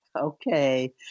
Okay